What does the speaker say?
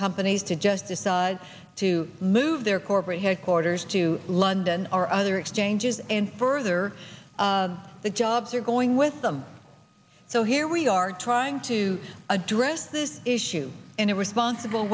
companies to just decide to move their corporate headquarters to london or other exchanges and further the jobs are going with them so here we are trying to address this issue in a responsible